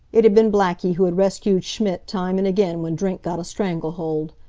it had been blackie who had rescued schmidt time and again when drink got a strangle-hold.